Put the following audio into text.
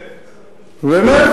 ונפט.